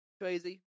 crazy